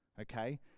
okay